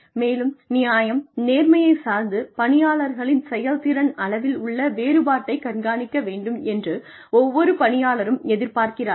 மேலும் நியாயம் நேர்மையைச் சார்ந்து பணியாளர்களின் செயல்திறன் அளவில் உள்ள வேறுபாட்டைக் கண்காணிக்க வேண்டும் என்று ஒவ்வொரு பணியாளரும் எதிர்பார்க்கிறார்கள்